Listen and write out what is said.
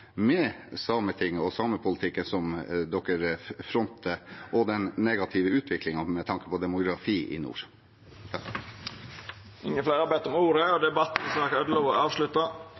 med Sametinget og samepolitikken som de fronter, og den negative utviklingen med tanke på demografi i nord? Fleire har ikkje bedt om ordet